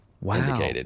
Wow